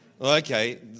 Okay